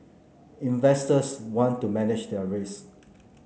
investors want to manage their risk